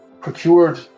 procured